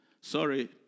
Sorry